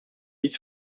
niet